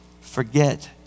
forget